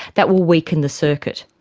that will weaken the circuit.